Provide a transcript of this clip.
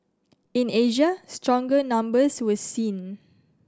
in Asia stronger numbers were seen